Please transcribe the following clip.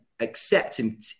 accepting